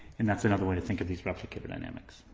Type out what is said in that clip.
and that's another way to think of these replicator dynamics.